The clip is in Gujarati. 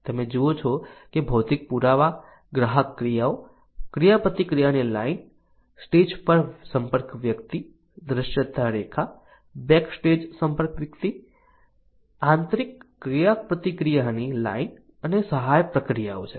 તમે જુઓ છો કે ભૌતિક પુરાવા ગ્રાહક ક્રિયાઓ ક્રિયાપ્રતિક્રિયાની લાઇન સ્ટેજ પર સંપર્ક વ્યક્તિ દૃશ્યતા રેખા બેકસ્ટેજ સંપર્ક વ્યક્તિ આંતરિક ક્રિયાપ્રતિક્રિયાની લાઇન અને સહાયક પ્રક્રિયાઓ છે